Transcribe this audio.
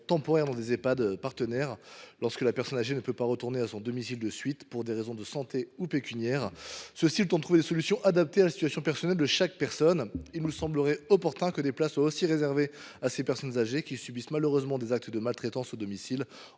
temporaire dans des Ehpad partenaires, lorsque la personne âgée ne peut pas retourner à son domicile de suite pour des raisons soit de santé, soit pécuniaires, le temps de trouver des solutions adaptées à la situation personnelle de chacune d’entre elles. Il semblerait opportun que des places soient également réservées à des personnes âgées subissant des actes de maltraitance au domicile.